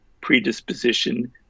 predisposition